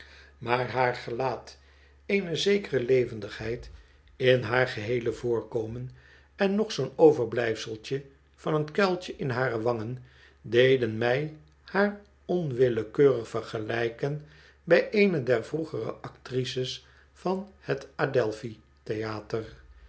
maar haar gelaat eene zekere levendigheid in haar geheele voorkomen en nog zoo'n overblijfseltje van een kuiltje in hare wangen deden mij haar onwillekeurig vergelijken bij eene der vroegere actrices van het adelphi theater